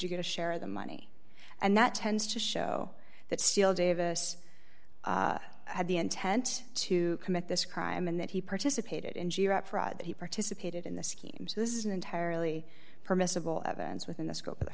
you get a share of the money and that tends to show that steele davis had the intent to commit this crime and that he participated in that he participated in the scheme so this isn't entirely permissible evidence within the scope of the